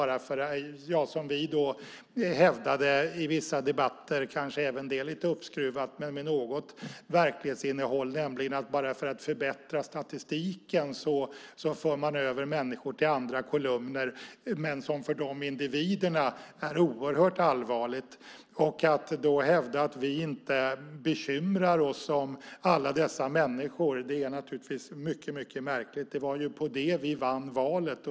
Som vi hävdade i vissa debatter - kanske även det lite uppskruvat, men med något verklighetsinnehåll - för man, bara för att förbättra statistiken, över människor till andra kolumner. För de berörda individerna är det oerhört allvarligt. När man hävdar att vi inte bekymrar oss om alla dessa människor är det mycket märkligt. Det var ju på detta vi vann valet!